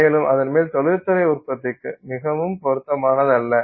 மேலும் அதன் மேல் தொழில்துறை உற்பத்திக்கு மிகவும் பொருத்தமானதல்ல